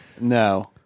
No